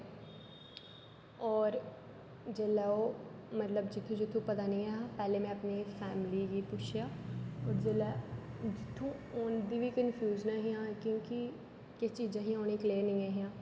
और जिसले ओह् मतलब जित्थू जित्थू पता नेईं हा पहले में अपनी फैंमली गी पुच्छेआ जिसले जित्थू उंदी बी इक कनफुयन ही हां क्योकि किश चीजां हियां उंहेगी कलेयर नेईं ही